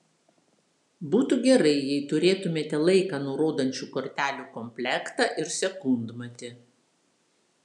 būtų gerai jei turėtumėte laiką nurodančių kortelių komplektą ir sekundmatį